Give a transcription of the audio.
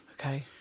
Okay